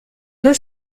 deux